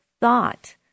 thought